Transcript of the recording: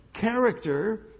character